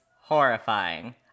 horrifying